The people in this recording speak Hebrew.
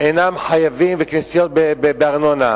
וכנסיות אינם חייבים בארנונה.